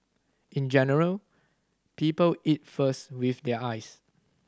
in general people eat first with their eyes